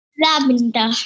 Lavender